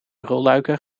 rolluiken